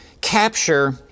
capture